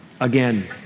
Again